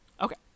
Okay